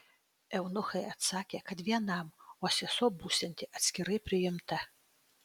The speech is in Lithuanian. eunuchai atsakė kad vienam o sesuo būsianti atskirai priimta